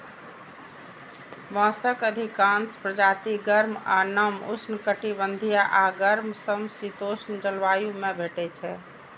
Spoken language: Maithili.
बांसक अधिकांश प्रजाति गर्म आ नम उष्णकटिबंधीय आ गर्म समशीतोष्ण जलवायु मे भेटै छै